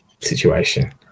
situation